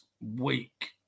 week